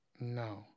no